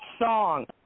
song